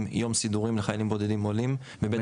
יום סידורים לחיילים בודדים עולים בבית החייל.